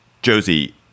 Josie